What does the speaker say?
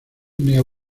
neo